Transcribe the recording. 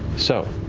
so,